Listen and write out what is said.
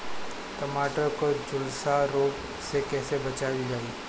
टमाटर को जुलसा रोग से कैसे बचाइल जाइ?